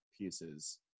pieces